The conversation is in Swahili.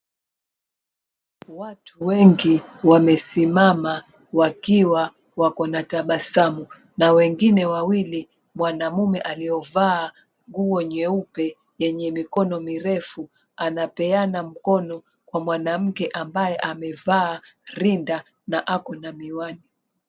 Watu wengi wamesimama wakiwa wako na tabasamu na wengine wawili, mwanamme aliyevaa nguo nyeupe yenye mikono mirefu anapeana mkono kwa mwanamke ambaye amevaa rinda na ako na miwani.